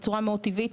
בצורה מאוד טבעית,